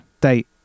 date